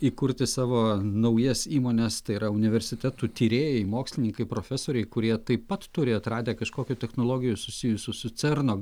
įkurti savo naujas įmones tai yra universitetų tyrėjai mokslininkai profesoriai kurie taip pat turi atradę kažkokių technologijų susijusių su cerno